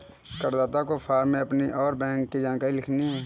करदाता को फॉर्म में अपनी और अपने बैंक की जानकारी लिखनी है